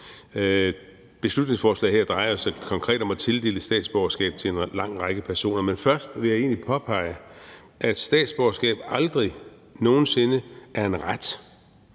Lovforslaget her drejer sig konkret om at tildele statsborgerskab til en lang række personer, men først vil jeg egentlig påpege, at statsborgerskab aldrig nogen sinde er en ret.